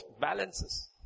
balances